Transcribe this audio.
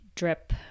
drip